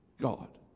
God